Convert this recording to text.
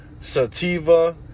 sativa